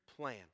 plan